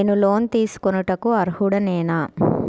నేను లోన్ తీసుకొనుటకు అర్హుడనేన?